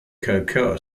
cocoa